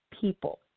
people